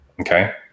Okay